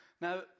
Now